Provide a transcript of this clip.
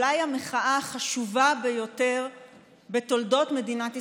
זו אולי המחאה החשובה ביותר בתולדות מדינת ישראל,